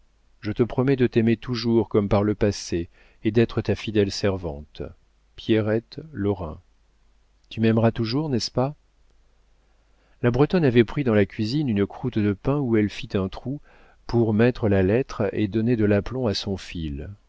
je te promets de t'aimer toujours comme par le passé et d'être ta fidèle servante pierrette lorrain tu m'aimeras toujours n'est-ce pas la bretonne avait pris dans la cuisine une croûte de pain où elle fit un trou pour mettre la lettre et donner de l'aplomb à son fil